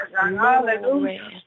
Hallelujah